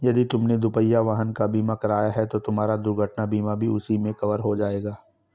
यदि तुमने दुपहिया वाहन का बीमा कराया है तो तुम्हारा दुर्घटना बीमा भी उसी में कवर हो जाएगा